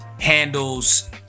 Handles